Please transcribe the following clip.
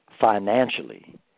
financially